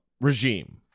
regime